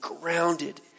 grounded